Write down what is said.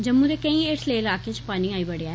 जम्मू दे केंई हेठले इलाकें च पानी आई बढ़ेआ